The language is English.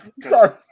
sorry